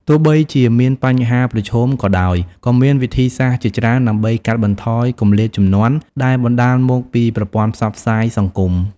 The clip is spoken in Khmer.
ទោះបីជាមានបញ្ហាប្រឈមក៏ដោយ ក៏មានវិធីសាស្រ្តជាច្រើនដើម្បីកាត់បន្ថយគម្លាតជំនាន់ដែលបណ្តាលមកពីប្រព័ន្ធផ្សព្វផ្សាយសង្គម។